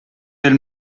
del